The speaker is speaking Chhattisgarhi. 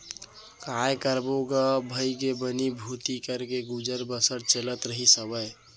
काय करबो गा भइगे बनी भूथी करके गुजर बसर चलत रहिस हावय